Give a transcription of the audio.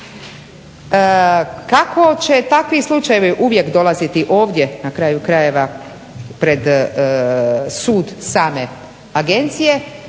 Kako će takvi slučajevi uvijek dolaziti ovdje na kraju krajeva pred sud same agencije